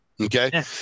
Okay